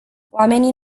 oamenii